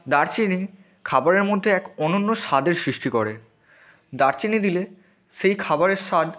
দারচিনি খাবারের মধ্যে এক অনন্য স্বাদের সৃষ্টি করে দারচিনি দিলে সেই খাবারের স্বাদ